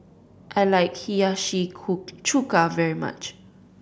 I like Hiyashi Koo Chuka very much